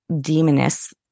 demoness